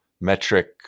metric